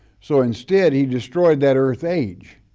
so instead he destroyed that earth age,